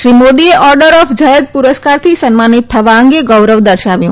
શ્રી મોદીએ order of Zayed પુરસ્કારથી સન્માનીત થવા અંગે ગૌરવ દર્શાવ્યું